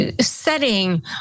setting